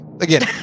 again